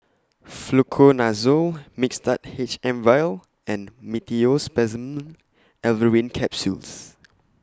Fluconazole Mixtard H M Vial and Meteospasmyl Alverine Capsules